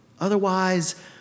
Otherwise